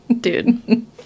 Dude